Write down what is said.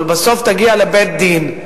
אבל בסוף תגיע לבית-דין,